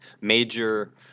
major